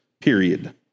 period